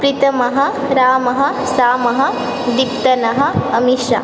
प्रीतमः रामः सामः दिक्तनः अमिशः